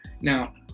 Now